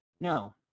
No